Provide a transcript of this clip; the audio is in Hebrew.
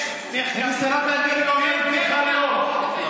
שרת האנרגיה אומרת לך: לא.